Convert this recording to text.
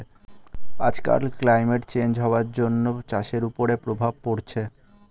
আজকাল climate change হওয়ার জন্য চাষের ওপরে প্রভাব পড়ছে